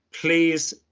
please